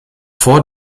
vor